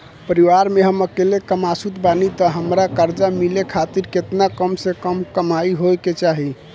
परिवार में हम अकेले कमासुत बानी त हमरा कर्जा मिले खातिर केतना कम से कम कमाई होए के चाही?